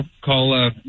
call